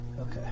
Okay